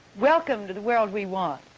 welcome to the world we want,